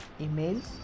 emails